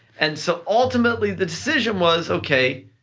and so ultimately the decision was, okay,